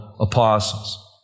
Apostles